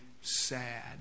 sad